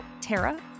Tara